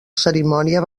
cerimònia